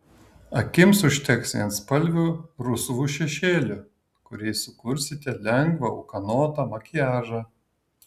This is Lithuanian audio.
akims užteks vienspalvių rusvų šešėlių kuriais sukursite lengvą ūkanotą makiažą